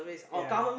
ya